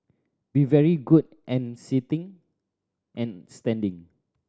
be very good and sitting and standing